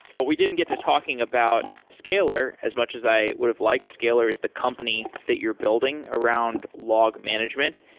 but we didn't get to talking about scalyr as much as i would have liked. scalyr is the company that you're building around log management.